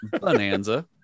bonanza